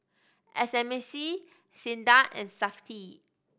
S M C SINDA and Safti